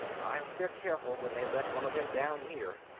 i hope they're careful when they let one of them down here.